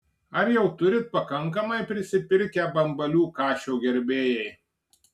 ar jau turit pakankamai prisipirkę bambalių kašio gerbėjai